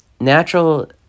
Natural